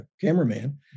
cameraman